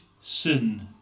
sin